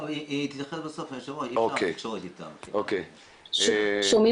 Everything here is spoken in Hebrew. איך הוא יגיש את התביעות שלו, איך הוא יבוא